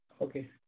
Okay